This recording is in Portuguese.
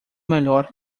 melhor